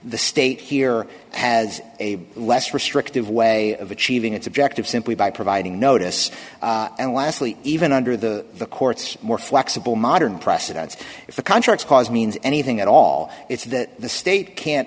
the state here has a less restrictive way of achieving its objective simply by providing notice and lastly even under the the court's more flexible modern precedents if the contracts cause means anything at all it's that the state can't